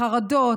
החרדות,